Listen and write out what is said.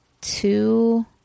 two